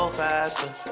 faster